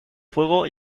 fuego